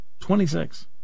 26